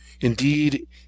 Indeed